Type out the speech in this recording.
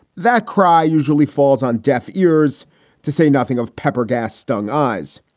that cry usually falls on deaf ears to say nothing of pepper gas stung eyes,